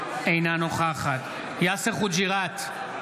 אינה נוכחת יאסר חוג'יראת,